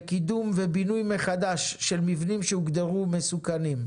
לקידום ובינוי מחדש של מבנים שהוגדרו "מסוכנים",